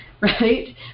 right